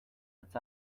its